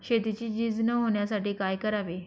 शेतीची झीज न होण्यासाठी काय करावे?